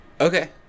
Okay